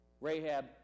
Rahab